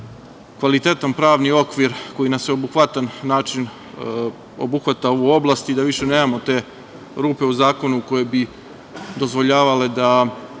jedan kvalitetan pravni okvir koji na sveobuhvatan način obuhvata ovu oblast i da više nemamo te rupe u zakonu koje bi dozvoljavale da